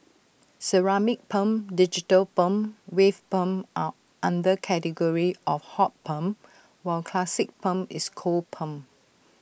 ceramic perm digital perm wave perm are under category of hot perm while classic perm is cold perm